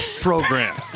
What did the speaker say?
program